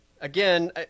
again